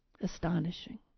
Astonishing